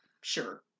sure